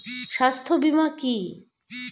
স্বাস্থ্য বীমা কি?